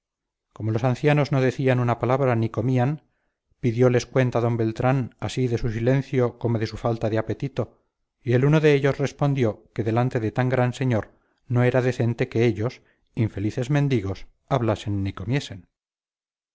como los ancianos no decían una palabra ni comían pidioles cuenta d beltrán así de su silencio como de su falta de apetito y el uno de ellos respondió que delante de tan gran señor no era decente que ellos infelices mendigos hablasen ni comiesen